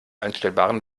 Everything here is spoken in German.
einstellbaren